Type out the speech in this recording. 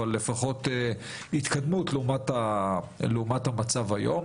אבל אשמח לראות התקדמות לעומת המצב היום.